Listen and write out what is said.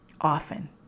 often